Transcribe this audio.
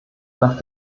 nach